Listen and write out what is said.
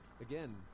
again